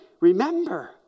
remember